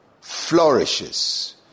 Flourishes